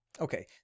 Okay